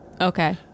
Okay